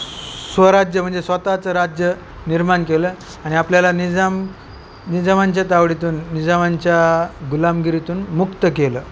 स्वराज्य म्हणजे स्वतःचं राज्य निर्माण केलं आणि आपल्याला निझाम निझामांच्या तावडीतून निझामांच्या गुलामगिरीतून मुक्त केलं